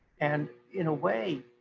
and in a way,